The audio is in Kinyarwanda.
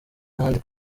n’ahandi